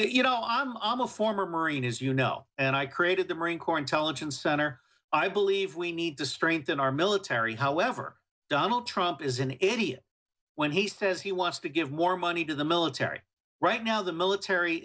you know i'm almost former marine as you know and i created the marine corps intelligence center i believe we need to strengthen our military however donald trump is an idiot when he says he wants to give more money to the military right now the military